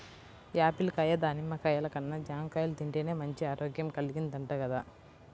Apple కాయ, దానిమ్మ కాయల కన్నా జాంకాయలు తింటేనే మంచి ఆరోగ్యం కల్గిద్దంట గదా